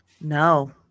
No